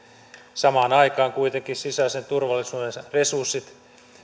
samaan aikaan kuitenkin sisäisen turvallisuuden resurssit